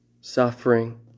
suffering